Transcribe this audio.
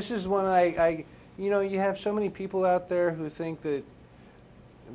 this is one i know you have so many people out there who think they